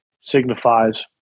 signifies